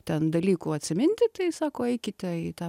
ten dalykų atsiminti tai sako eikite į tą